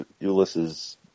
Ulysses